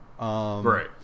right